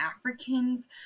Africans